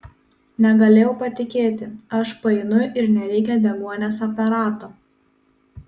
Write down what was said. negalėjau patikėti aš paeinu ir nereikia deguonies aparato